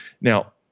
Now